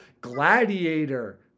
gladiator